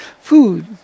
Food